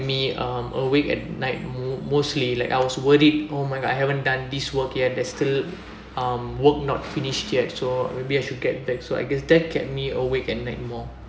me um awake at night mo~ mostly like I was worried oh my god I haven't done this work yet there's still um work not finished yet so maybe I should get back so I guess that kept me awake at night more